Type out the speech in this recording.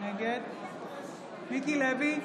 נגד מיקי לוי,